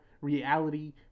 reality